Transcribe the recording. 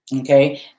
Okay